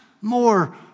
more